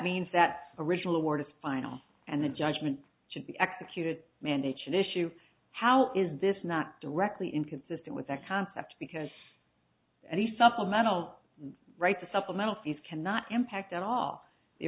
means that original award is final and the judgment should be executed mandates an issue how is this not directly inconsistent with that concept because any supplemental right to supplemental fees can not impact at all